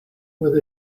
with